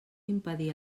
impedir